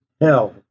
hell